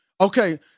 Okay